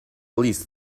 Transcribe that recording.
least